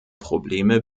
probleme